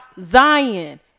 Zion